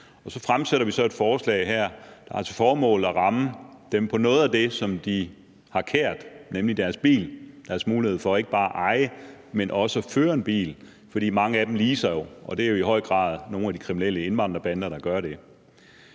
Så fremsætter vi et forslag her, der har til formål at ramme dem på noget af det, som de har kært, nemlig deres bil, altså deres mulighed for ikke bare at eje, men også for at føre en bil. For mange af dem leaser jo, og det er i høj grad nogle af de kriminelle indvandrerbander, der gør det.